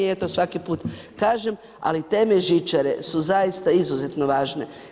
Eto svaki put kažem ali temelj žičare su zaista izuzetno važne.